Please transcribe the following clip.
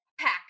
pack